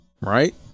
Right